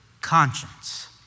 conscience